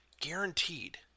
guaranteed